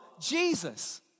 Jesus